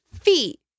feet